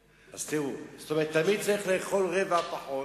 תראו, זאת אומרת, תמיד צריך לאכול רבע פחות.